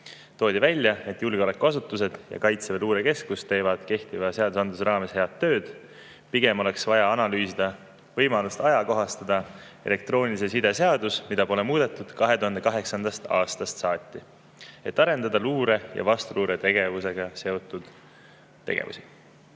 Toodi välja, et julgeolekuasutused ja Kaitseväe luurekeskus teevad kehtivate seaduste raames head tööd. Pigem oleks vaja analüüsida võimalust ajakohastada elektroonilise side seadus, mida pole muudetud 2008. aastast saati, et arendada luure‑ ja vastuluuretegevusega seotud tegevusi.